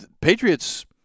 Patriots